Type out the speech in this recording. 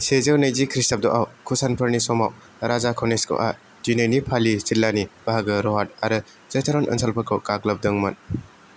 सेजौ नैजि खृस्टाब्द'आव कुशानफोरनि समाव राजा कनिस्कआ दिनैैनि पालि जिल्लानि बाहागो रहाट आरो जैटरन ओनसोलफोरखौ गाग्लोबदोंमोन